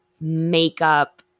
makeup